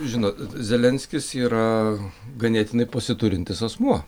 žino zelenskis yra ganėtinai pasiturintis asmuo